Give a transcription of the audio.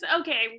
okay